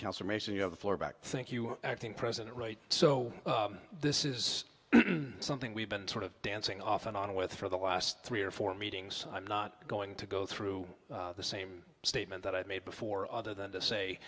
cancer mason you know the floor back think you are acting president right so this is something we've been sort of dancing off and on with for the last three or four meetings i'm not going to go through the same statement that i made before other than to say